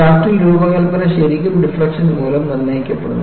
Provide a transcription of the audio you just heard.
ഷാഫ്റ്റിൽ രൂപകൽപ്പന ശരിക്കും ഡിഫ്ളക്ഷൻ മൂലം നിർണ്ണയിക്കപ്പെടുന്നു